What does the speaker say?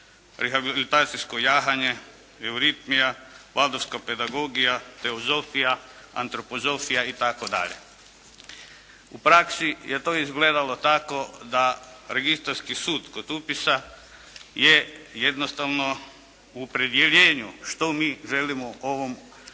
rehabilitacijsko jahanje, euritmija, valdorfska pedagogija, filozofija, antropozofija itd. U praksi je to izgledalo tako da Registarski sud kod upisa je jednostavno u opredjeljenju što mi želimo ovom ustanovom